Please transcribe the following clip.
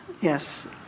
yes